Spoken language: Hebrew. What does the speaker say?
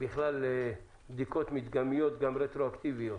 בכלל בדיקות מדגמיות, גם רטרואקטיביות,